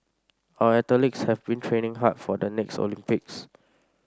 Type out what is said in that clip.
our athletes have been training hard for the next Olympics